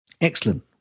Excellent